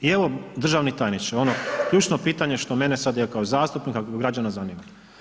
I evo državni tajniče, ono ključno pitanje što mene sad i kao zastupnika i kao građana zanima.